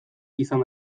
izan